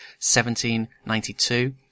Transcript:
1792